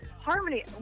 harmony